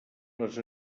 les